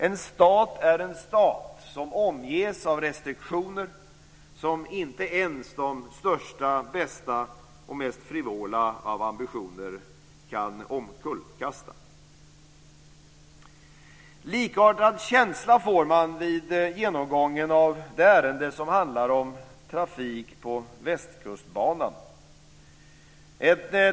En stat är en stat som omges av restriktioner som inte ens de största, bästa och mest frivola av ambitioner kan omkullkasta. Likartad känsla får man vid genomgången av ärendet om trafik på Västkustbanan.